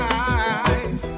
eyes